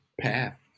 path